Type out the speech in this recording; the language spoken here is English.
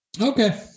okay